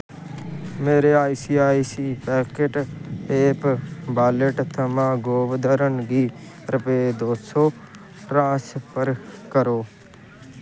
मेरे आई सी आई सी आई Pockets app wallet थमां गोवर्धन गी रपेऽ दो सौ ट्रांसफर करो